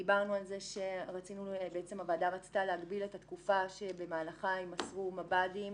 דיברנו על כך שהוועדה רצתה להגביל את התקופה שבמהלכה יימסרו מב"דים